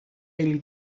خیلی